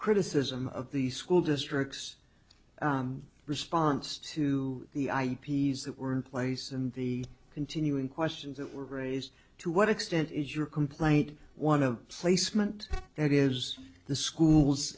criticism of the school district's response to the i p s that were in place and the continuing questions that were raised to what extent is your complaint one of placement that is the schools